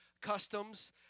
customs